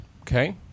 Okay